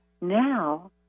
now